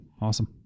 Awesome